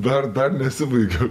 dar dar nesibaigia